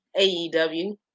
AEW